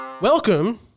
Welcome